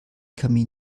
kamin